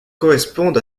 correspondent